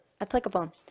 applicable